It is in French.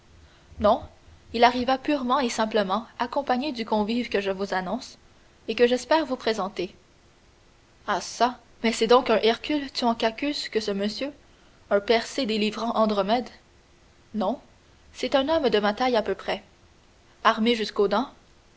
non il arriva purement et simplement accompagné du convive que je vous annonce et que j'espère vous présenter ah çà mais c'est donc un hercule tuant cacus que ce monsieur un persée délivrant andromède non c'est un homme de ma taille à peu près armé jusqu'aux dents